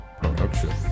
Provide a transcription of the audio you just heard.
Production